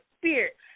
spirit